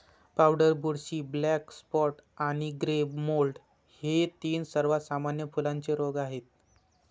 powder बुरशी, black spot आणि grey mould हे तीन सर्वात सामान्य फुलांचे रोग आहेत